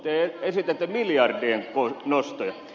te esitätte miljardien nostoja